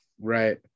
Right